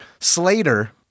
Slater